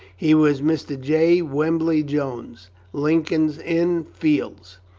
he was mr. j. wembly-jones, lincoln's inn fields.